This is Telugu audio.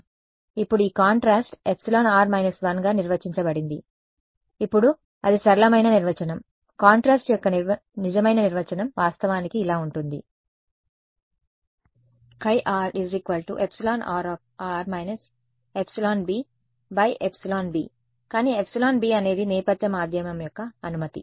ఇప్పుడు ఈ కాంట్రాస్ట్ εr 1 గా నిర్వచించబడింది ఇప్పుడు అది సరళమైన నిర్వచనం కాంట్రాస్ట్ యొక్క నిజమైన నిర్వచనం వాస్తవానికి ఇలా ఉంటుంది χ ε r − εb εb కానీ εb అనేది నేపథ్య మాధ్యమం యొక్క అనుమతి